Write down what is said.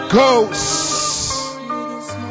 Ghosts